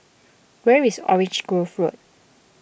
where is Orange Grove Road